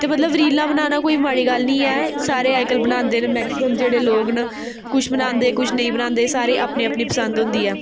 ते मतलब रीलां बनाना कोई माड़ी गल्ल निं ऐ सारे अजकल्ल बनांदे न मैक्सीमम जेह्ड़े लोक न कुछ बनांदे कुछ नेईं बनांदे सारें दी अपनी अपनी पसंद होंदी ऐ